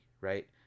right